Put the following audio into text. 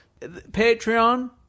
Patreon